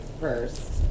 first